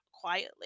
quietly